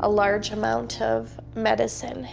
a large amount of medicine,